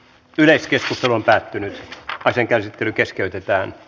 yleiskeskustelu päättyi ja asian käsittely keskeytettiin